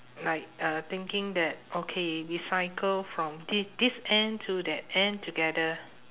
like uh thinking that okay we cycle from thi~ this end to that end together